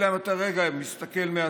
אלא אם כן אתה רגע מסתכל מהצד.